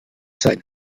sein